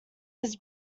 his